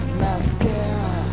mascara